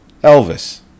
Elvis